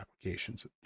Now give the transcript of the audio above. applications